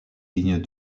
ligne